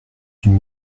d’une